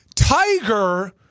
Tiger